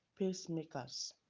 pacemakers